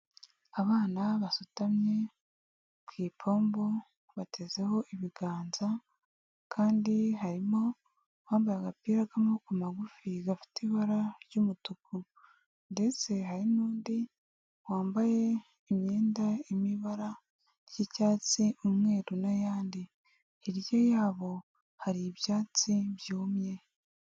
Abana basutamye ku ipombo, batezeho ibiganza kandi harimo uwambaye agapira k'amaboko magufi, gafite ibara ry'umutuku ndetse hari n'undi wambaye imyenda irimo ibara ry'icyatsi, umweru n'ayandi, hirya yabo hari ibyatsi byumye.